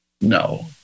no